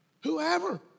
whoever